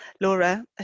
laura